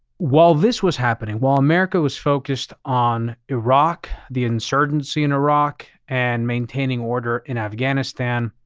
while this was happening, while america was focused on iraq, the insurgency in iraq and maintaining order in afghanistan,